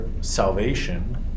salvation